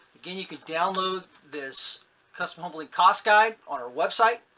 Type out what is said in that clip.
again, you can download this custom home building cost guide on our website.